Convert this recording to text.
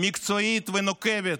מקצועית ונוקבת